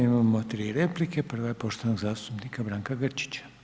Imamo tri replike, prva je poštovanog zastupnika Branka Grčića.